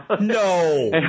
No